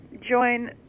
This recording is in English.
join